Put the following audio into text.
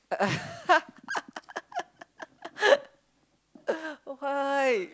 why